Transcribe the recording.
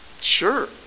Sure